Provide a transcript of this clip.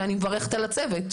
ואני מברכת על קיומו,